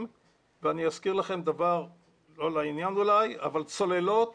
ואני אזכיר לכם דבר לא לעניין אולי אבל הסוללות